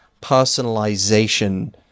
personalization